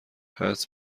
حدس